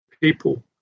people